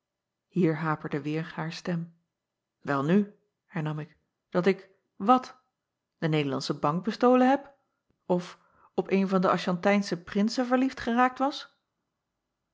ier haperde weêr haar stem elnu hernam ik dat ik wat e ederlandsche ank bestolen heb of op een van de shantijnsche rinsen verliefd geraakt was